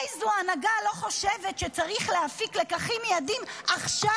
איזו הנהגה לא חושבת שצריך להפיק לקחים מיידיים עכשיו,